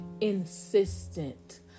Insistent